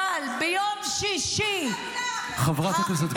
אבל ביום שישי ----- חברת הכנסת גוטליב.